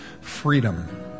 freedom